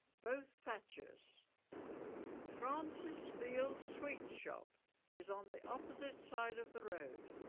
both thatchers francis veal's sweet shop is on the opposite side of the road